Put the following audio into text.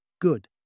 Good